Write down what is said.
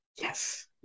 yes